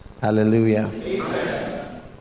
Hallelujah